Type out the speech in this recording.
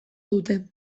dute